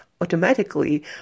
automatically